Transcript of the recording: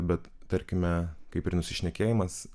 bet tarkime kaip ir nusišnekėjimas